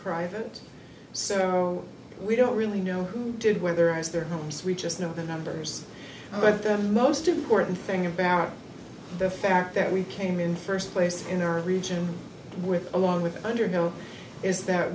private so we don't really know who did whether i was their homes we just know the numbers but the most important thing about the fact that we came in first place in our region with along with underhill is that